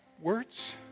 words